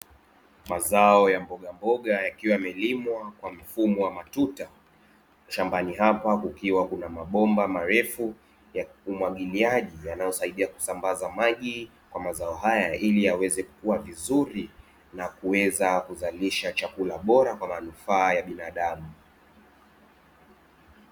Mazao ya mbogamboga yakiwa yamelimwa kwa mfumo wa matuta, shambani hapa kukiwa na mabomba marefu ya umwagiliaji, yanayosaidia kusambaza maji kwa mazao haya, ili yaweze kukua vizuri na kuweza kuzalisha chakula bora kwa manufaa ya binadamu.